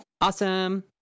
Awesome